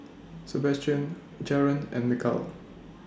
Sabastian Jaren and Mikal